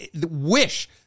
wish